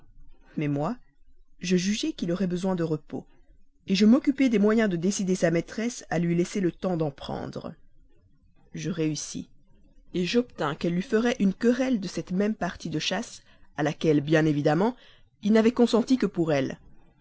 mais moi je jugeai qu'il aurait besoin de repos je m'occupai des moyens de décider sa maîtresse à lui laisser le temps d'en prendre je réussis j'obtins qu'elle lui ferait une querelle de cette même partie de chasse à laquelle bien évidemment il n'avait consenti que pour elle